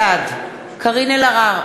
בעד קארין אלהרר,